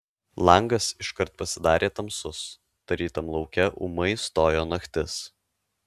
langas iškart pasidarė tamsus tarytum lauke ūmai stojo naktis